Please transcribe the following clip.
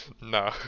No